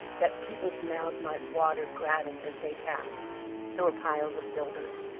that people's mouths might water gratis as they passed there were piles of filberts,